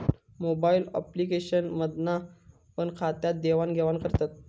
mobile application मधना पण खात्यात देवाण घेवान करतत